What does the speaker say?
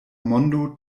mondo